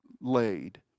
laid